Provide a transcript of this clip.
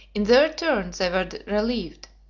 in their turn they were relieved